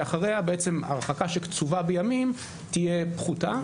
שאחריה ההרחקה הקצובה בימים תהיה פחותה.